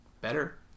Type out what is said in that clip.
better